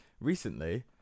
recently